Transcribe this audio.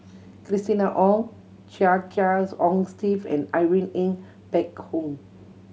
Christina Ong Chia Kiah Hong Steve and Irene Ng Phek Hoong